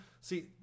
See